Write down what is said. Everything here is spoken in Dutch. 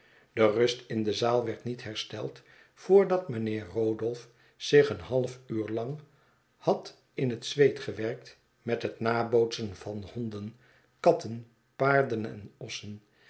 de rust in de zaal werd niet hersteld voordat mijnheer rodolph zich een half uur lang had in het zweet gewerkt met het nabootsen van honden katten paarden en ossen